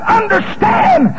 understand